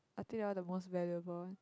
I take out the most valuable